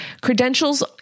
Credentials